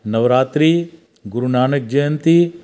Navratri Guru Nanak Jayanti